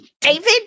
David